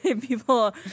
People